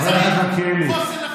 חבר הכנסת מלכיאלי.